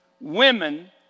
women